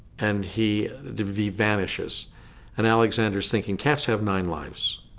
and he vanishes and alexander's thinking cats have nine lives.